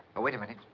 wait a minute.